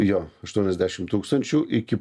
jo aštuoniasdešim tūkstančių iki